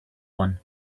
one